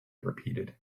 repeated